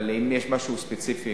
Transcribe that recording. אם יש משהו ספציפי,